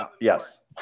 yes